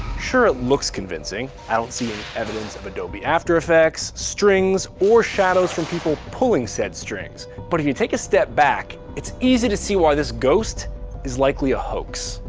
sure it looks convincing. i don't see any evidence of adobe after-effects, strings, or shadows from people pulling said strings. but if you take a step back, it's easy to see why this ghost is likely a hoax.